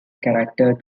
character